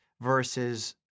versus